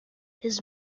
his